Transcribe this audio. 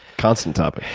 constant topic.